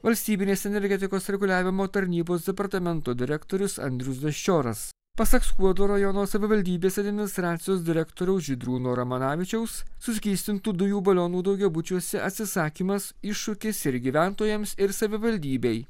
valstybinės energetikos reguliavimo tarnybos departamento direktorius andrius daščioras pasak skuodo rajono savivaldybės administracijos direktoriaus žydrūno ramanavičiaus suskystintų dujų balionų daugiabučiuose atsisakymas iššūkis ir gyventojams ir savivaldybei